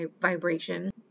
vibration